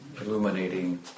illuminating